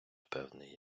певний